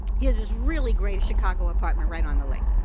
he has this really great chicago apartment right on the lake.